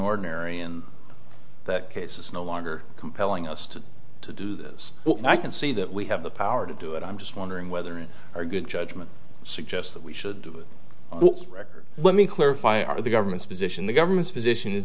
ordinary and that case is no longer compelling us to to do this i can see that we have the power to do it i'm just wondering whether in our good judgment suggests that we should record let me clarify our the government's position the government's position is